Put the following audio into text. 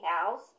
house